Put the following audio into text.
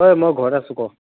হয় মই ঘৰতে আছোঁ ক'